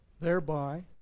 thereby